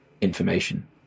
information